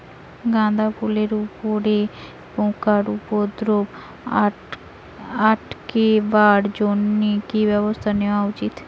গাঁদা ফুলের উপরে পোকার উপদ্রব আটকেবার জইন্যে কি ব্যবস্থা নেওয়া উচিৎ?